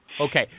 Okay